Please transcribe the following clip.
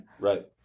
Right